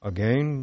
Again